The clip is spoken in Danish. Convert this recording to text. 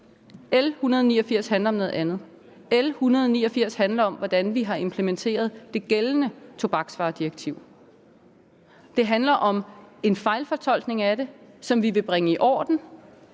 L 189 handler om noget andet. L 189 handler om, hvordan vi har implementeret det gældende tobaksvaredirektiv. Det handler om en fejlfortolkning af det, som vi vil bringe i orden,